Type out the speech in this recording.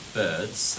birds